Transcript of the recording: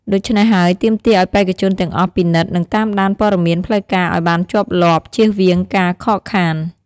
ដូច្នេះហើយ ទាមទារឲ្យបេក្ខជនទាំងអស់ពិនិត្យ និងតាមដានព័ត៌មានផ្លូវការឲ្យបានជាប់លាប់ ជៀសវាងការខកខាន។